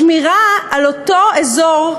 לשמור על אותו אזור,